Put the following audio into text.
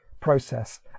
process